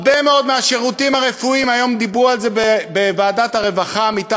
הרבה מאוד מהשירותים הרפואיים היום דיברו על זה בוועדת העבודה והרווחה,